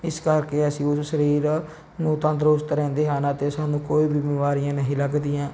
ਇਸ ਕਰਕੇ ਅਸੀਂ ਉਸ ਸਰੀਰ ਨੂੰ ਤੰਦਰੁਸਤ ਰਹਿੰਦੇ ਹਨ ਅਤੇ ਸਾਨੂੰ ਕੋਈ ਵੀ ਬਿਮਾਰੀਆਂ ਨਹੀਂ ਲੱਗਦੀਆਂ